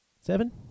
Seven